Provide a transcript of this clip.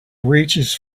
reaches